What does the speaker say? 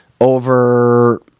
over